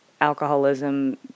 alcoholism